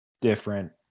different